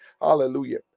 hallelujah